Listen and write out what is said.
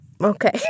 okay